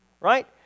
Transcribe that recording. right